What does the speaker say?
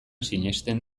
sinesten